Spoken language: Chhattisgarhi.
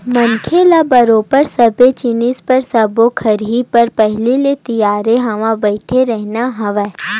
मनखे ल बरोबर सबे जिनिस बर सब्बो घरी बर पहिली ले तियार होय बइठे रहिना हवय